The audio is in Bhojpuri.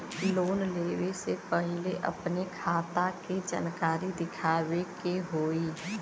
लोन लेवे से पहिले अपने खाता के जानकारी दिखावे के होई?